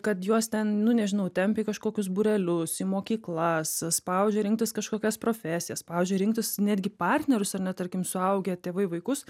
kad juos ten nu nežinau tempia į kažkokius būrelius į mokyklas spaudžia rinktis kažkokias profesijas spaudžia rinktis netgi partnerius ar ne tarkim suaugę tėvai vaikus